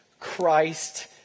Christ